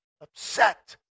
upset